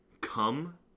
come